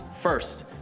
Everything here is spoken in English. First